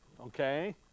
Okay